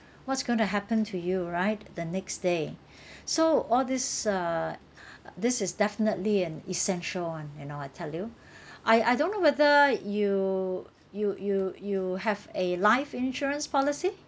what's going to happen to you right the next day so all this uh this is definitely an essential one you know I tell you I I don't know whether you you you you have a life insurance policy